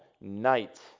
night